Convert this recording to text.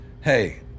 Hey